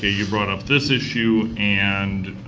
ah you brought up this issue and